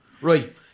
Right